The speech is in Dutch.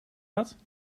misdaad